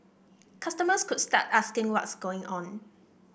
customers could start asking what's going on